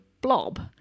blob